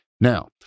Now